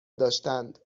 داشتند